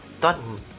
done